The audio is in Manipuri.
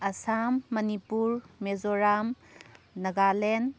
ꯑꯁꯥꯝ ꯃꯅꯤꯄꯨꯔ ꯃꯦꯖꯣꯔꯥꯝ ꯅꯒꯥꯂꯦꯟ